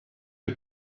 you